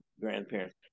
grandparents